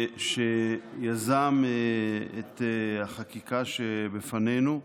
שיזם את החקיקה שבפנינו,